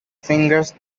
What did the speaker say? fingers